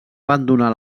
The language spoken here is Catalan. abandonar